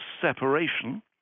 separation